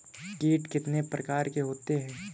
कीट कितने प्रकार के होते हैं?